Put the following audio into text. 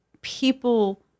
people –